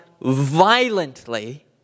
violently